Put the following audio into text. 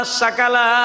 sakala